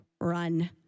run